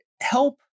Help